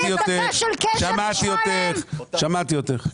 שמעתי אותך.